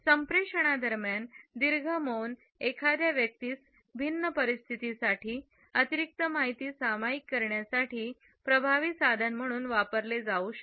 संप्रेषणादरम्यान दीर्घ मौन एखाद्या व्यक्तीस भिन्न परिस्थितीसाठी अतिरिक्त माहिती सामायिक करण्यासाठी प्रभावी साधन म्हणून वापरले जाऊ शकते